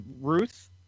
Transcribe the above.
ruth